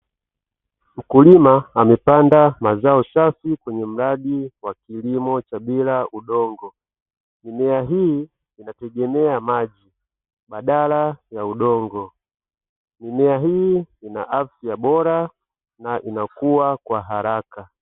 Mkulima amepanda mazao safi kwenye mradi wa kilimo cha bila udongo, mimea hii inategemea maji badala ya udongo. Mimea hii ina afya bora na inakua kwa haraka.